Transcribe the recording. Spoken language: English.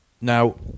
Now